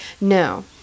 No